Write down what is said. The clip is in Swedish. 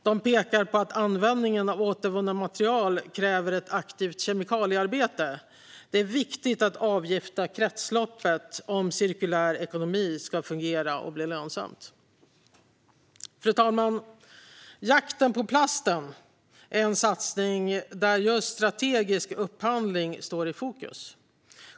De pekar på att användningen av återvunnet material kräver ett aktivt kemikaliearbete - det är viktigt att avgifta kretsloppet om cirkulär ekonomi ska fungera och bli lönsamt. Fru talman! Jakten på plasten är en satsning där just strategisk upphandling står i fokus.